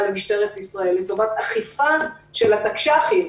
למשטרת ישראל לטובת אכיפה של התקש"חים,